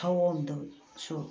ꯁꯑꯣꯝꯗꯨꯁꯨ